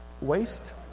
waste